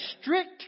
strict